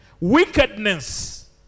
wickedness